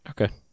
Okay